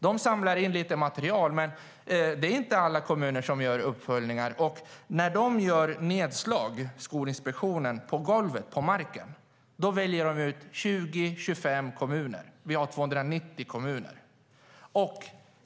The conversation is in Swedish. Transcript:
De samlar in lite material, men det är inte alla kommuner som gör uppföljningar. När Skolinspektionen gör nedslag på golvet väljer de ut 20-25 kommuner. Det finns 290 kommuner.